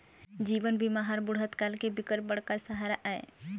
जीवन बीमा ह बुढ़त काल के बिकट बड़का सहारा आय